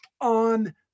on